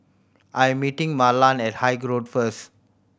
I'm meeting Marland at Haig Road first